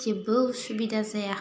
जेबो उसुबिदा जाया